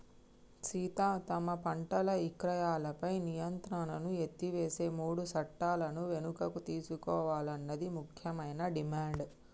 సీత తమ పంటల ఇక్రయాలపై నియంత్రణను ఎత్తివేసే మూడు సట్టాలను వెనుకకు తీసుకోవాలన్నది ముఖ్యమైన డిమాండ్